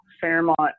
Fairmont